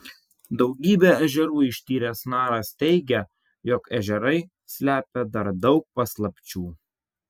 daugybę ežerų ištyręs naras teigia jog ežerai slepia dar daug paslapčių